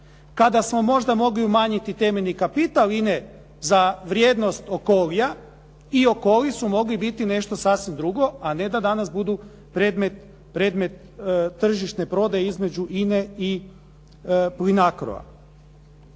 Kada smo možda mogli umanjiti temeljni kapital INA-e za vrijednost Okolija i Okoli su mogli biti nešto sasvim drugo, a ne da danas budu predmet tržišne prodaje između INA-e i Plinacroa.